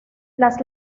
las